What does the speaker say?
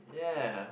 yeah